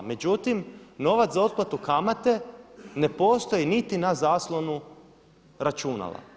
Međutim, novac za otplatu kamate ne postoji niti na zaslonu računala.